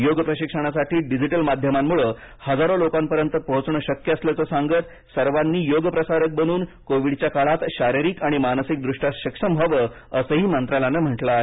योग प्रशिक्षणासाठी डिजिटल माध्यमांमुळे हजारो लोकांपर्यंत पोहोचणे शक्य असल्याचं सांगत सर्वांनी योग प्रसारक बनून कोविडच्या काळात शारीरिक आणि मानसिकदृष्ट्या सक्षम व्हावं असंही मंत्रालयाने म्हटले आहे